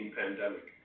pandemic